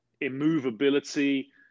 immovability